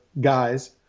guys